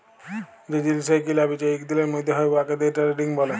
যে জিলিসের কিলা বিচা ইক দিলের ম্যধে হ্যয় উয়াকে দে টেরেডিং ব্যলে